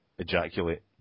ejaculate